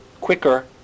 quicker